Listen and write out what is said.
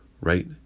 right